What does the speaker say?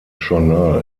journal